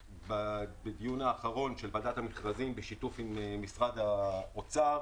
בדיון האחרון של ועדת המכרזים בשיתוף עם משרד האוצר